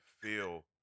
feel